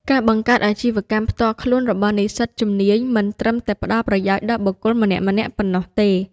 ការបង្កើតអាជីវកម្មផ្ទាល់ខ្លួនរបស់និស្សិតជំនាញមិនត្រឹមតែផ្តល់ប្រយោជន៍ដល់បុគ្គលម្នាក់ៗប៉ុណ្ណោះទេ។